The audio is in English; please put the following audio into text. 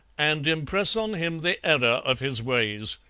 and impress on him the error of his ways.